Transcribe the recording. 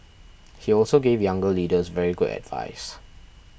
he also gave younger leaders very good advice